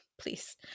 please